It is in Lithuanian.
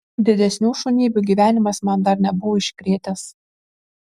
didesnių šunybių gyvenimas man dar nebuvo iškrėtęs